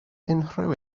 unrhyw